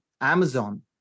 Amazon